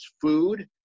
food